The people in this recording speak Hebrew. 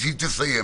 כשהיא תסיים.